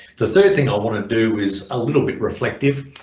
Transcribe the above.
the third thing i want to do is a little bit reflective,